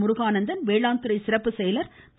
முருகானந்தனும் வேளாண்துறை சிறப்பு செயலர் திரு